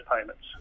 payments